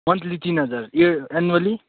monthly तिन हजीर year annually